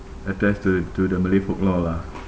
attested to the to the malay folklore lah